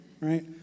right